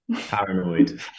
Paranoid